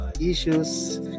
issues